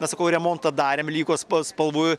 na sakau remontą darėm liko spa spalvų